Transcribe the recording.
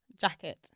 jacket